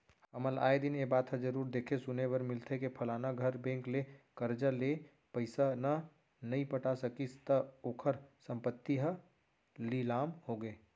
हमन ल आय दिन ए बात ह जरुर देखे सुने बर मिलथे के फलाना घर बेंक ले करजा ले पइसा न नइ पटा सकिस त ओखर संपत्ति ह लिलाम होगे